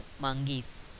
monkeys